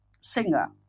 singer